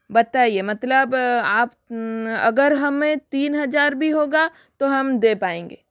बताइए मतलब आप अगर हमें तीन हजार भी होगा तो हम दे पाएँगे